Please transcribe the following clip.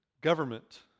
government